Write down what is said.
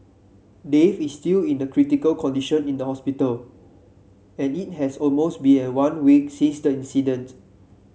Dave is still in critical condition in the hospital and it has almost been a one week since the incident